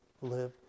live